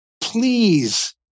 please